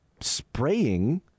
spraying